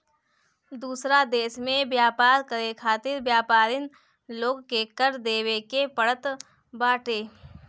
दूसरा देस में व्यापार करे खातिर व्यापरिन लोग के कर देवे के पड़त बाटे